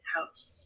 House